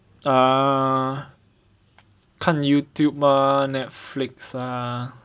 ah 看 YouTube ah Netflix ah